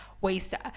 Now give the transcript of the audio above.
waster